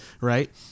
right